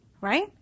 Right